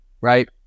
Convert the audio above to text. right